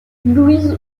louise